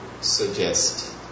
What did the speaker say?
suggest